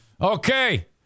okay